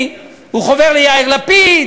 הוא חובר לציפי לבני, הוא חובר ליאיר לפיד,